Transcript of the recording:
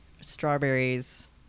strawberries